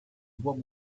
bois